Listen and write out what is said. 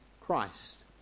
Christ